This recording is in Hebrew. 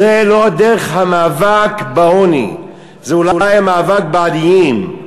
זו לא דרך המאבק בעוני, זה אולי המאבק בעניים.